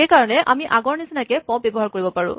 সেইকাৰণে আমি আগৰ নিচিনাকে পপ্ ব্যৱহাৰ কৰিব পাৰো